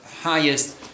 highest